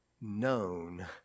known